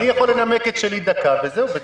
אני יכול לנמק את שלי דקה, וזהו.